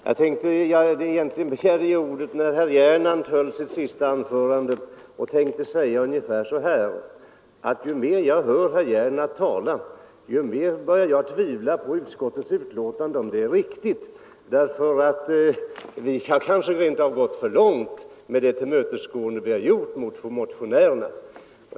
Herr talman! Jag begärde ordet när herr Gernandt höll sitt senaste anförande. Ju mer jag hör herr Gernandt tala, desto mer börjar jag tvivla på att utskottsbetänkandet är riktigt. Vi har kanske rent av gått för långt i vårt tillmötesgående mot motionärerna.